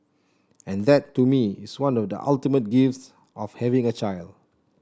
and that to me is one of the ultimate gifts of having a child